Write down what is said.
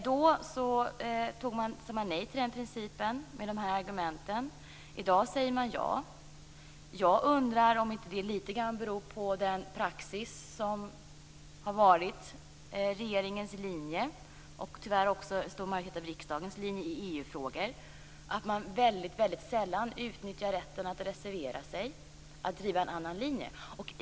Då sade man nej till principen med dessa argument. I dag säger man ja. Jag undrar om inte det beror på den praxis som har varit regeringens linje, och tyvärr också för en stor majoritet av riksdagen, i EU-frågor, att man väldigt sällan utnyttjar rätten att reservera sig, att driva en annan linje.